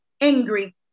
angry